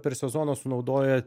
per sezoną sunaudoja